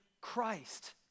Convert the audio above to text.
Christ